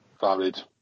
valid